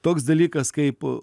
toks dalykas kaip